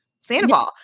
Sandoval